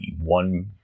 one